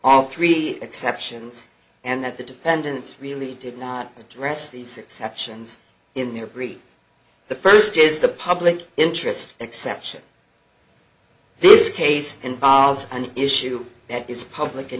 all three exceptions and that the defendants really did not address these exceptions in their brief the first is the public interest exception this case involves an issue that is public in